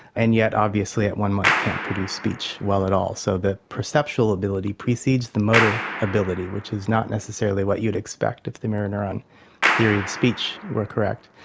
and yet obviously at one month can't produce speech well at all. so the perceptual ability precedes the motor ability, which is not necessarily what you'd expect if the mirror neuron theory of speech were correct.